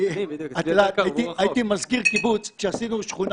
הייתי מזכיר קיבוץ כשעשינו שכונה,